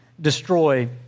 destroy